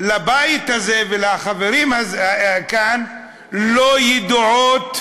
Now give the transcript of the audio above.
שלבית הזה ולחברים כאן לא ידועים,